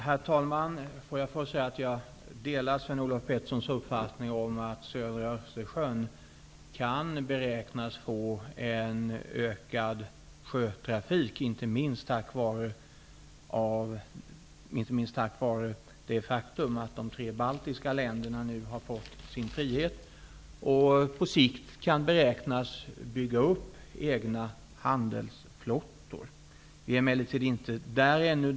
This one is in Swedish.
Herr talman! Låt mig först säga att jag delar Sven Olof Peterssons uppfattning om vikten av att se över situationen när det gäller Östersjön. Östersjöns sjötrafik kan öka, inte minst tack vare att de tre baltiska länderna har blivit fria och att de på sikt kan beräknas bygga upp egna handelsflottor. Vi är emellertid inte där ännu.